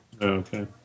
Okay